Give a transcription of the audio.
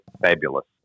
fabulous